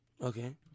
Okay